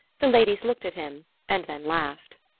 the ladies looked at him and then laughed.